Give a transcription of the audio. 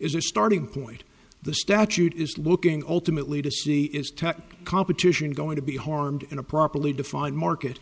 a starting point the statute is looking alternately to see is tough competition going to be harmed in a properly defined market